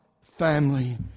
family